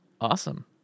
Awesome